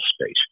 space